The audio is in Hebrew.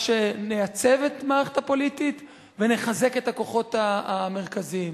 שנייצב את המערכת הפוליטית ונחזק את הכוחות המרכזיים.